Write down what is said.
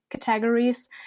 categories